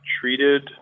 treated